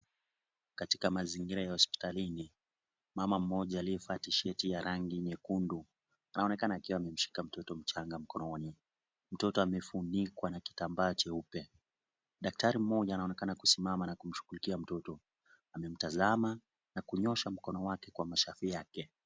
Katika mazingira ya hospitalini, mama mmoja aliyevaa tisheti ya rangi nyekundu anaonekana akiwa amemshika mtoto mchanga mkononi. Mtoto amefunikwa na kitambaa cheupe. Daktari mmoja anaonekana kusimama na kumshughulikia mtoto. Amemtazama na kunyosha mkono wake kwa mashavu yake.